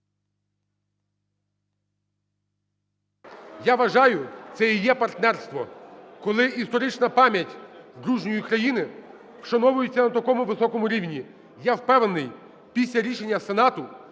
Я вважаю, це і є партнерство, коли історична пам'ять дружньої країни вшановується на такому високому рівні. Я впевнений, після рішення Сенату,